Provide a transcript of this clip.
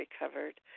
recovered